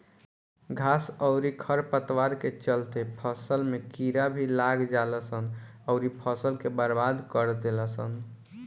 घास अउरी खर पतवार के चलते फसल में कीड़ा भी लाग जालसन अउरी फसल के बर्बाद कर देलसन